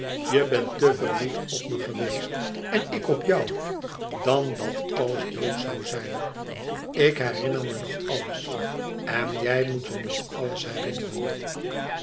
je bent te verliefd op me geweest en ik op jou dan dat alles dood zoû zijn ik herinner me nog alles en jij moet je ook nog alles herinneren